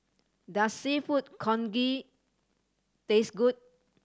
does Seafood Congee taste good